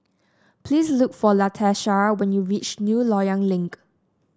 please look for Latesha when you reach New Loyang Link